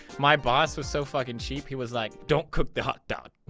my boss was so fucking cheap he was like, don't cook the hot dog,